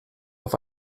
auf